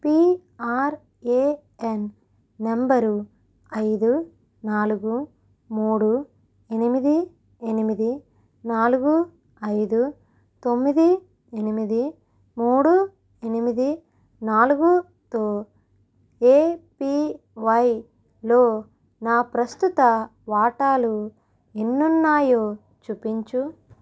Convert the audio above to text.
PRAN number ఐదు నాలుగు మూడు ఎనిమిది ఎనిమిది నాలుగు ఐదు తొమ్మిది ఎనిమిది మూడు ఎనిమిది నాలుగు తో ఏపీవై లో నా ప్రస్తుత వాటాలు ఎన్నున్నాయో చూపించు